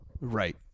Right